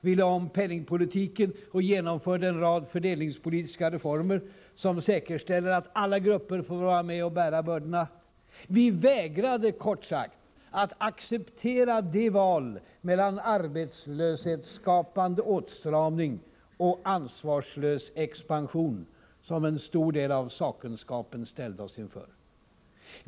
Vi lade om penningpolitiken. Vi genomförde en rad fördelningspolitiska reformer, som säkerställer att alla grupper får vara med och bära bördorna. Vi vägrade, kort sagt, att acceptera det val mellan arbetslöshetsskapande åtstramning och ansvarslös expansion som en stor del av sakkunskapen ställde oss inför.